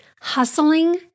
hustling